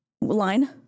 line